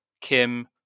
kim